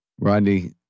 Rodney